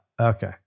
okay